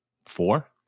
four